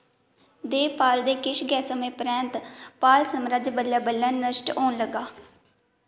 देवपाल दे किश गै समें परैंत्त पाल सामराज बल्लें बल्लें नश्ट होन लगा